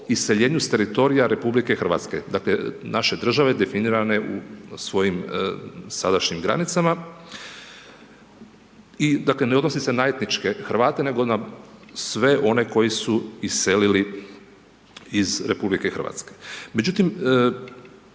iseljenju s teritorija RH, dakle naše države definirane u svojim sadašnjim granicama i dakle ne odnosi se na etničke Hrvate nego na sve one koji su iselili iz RH. Međutim,